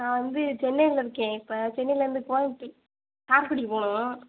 நான் வந்து சென்னையில் இருக்கேன் இப்போ சென்னையிலேருந்து கோயம்முத்தூர் காரைக்குடிக்கு போகணும்